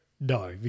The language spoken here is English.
no